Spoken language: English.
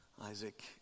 Isaac